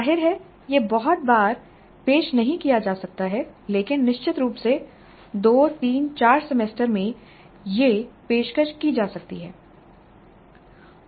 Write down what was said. जाहिर है यह बहुत बार पेश नहीं किया जा सकता है लेकिन निश्चित रूप से 2 3 4 सेमेस्टर में यह पेशकश की जा सकती है